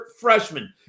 freshman